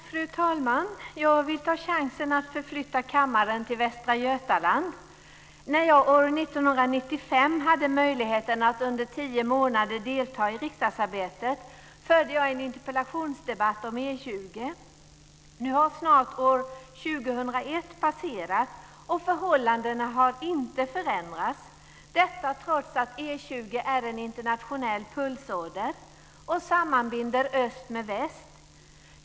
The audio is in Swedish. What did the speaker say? Fru talman! Jag vill ta chansen att förflytta kammaren till Västra Götaland. När jag år 1995 hade möjligheten att under tio månader delta i riksdagsarbetet förde jag en interpellationsdebatt om E 20. Nu har snart år 2001 passerat och förhållandena har inte förändrats - detta trots att E 20 är en internationell pulsåder som sammanbinder öst med väst.